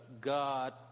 God